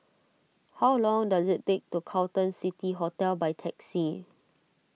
how long does it take to get to Carlton City Hotel by taxi